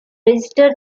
registered